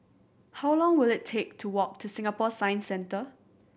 how long will it take to walk to Singapore Science Centre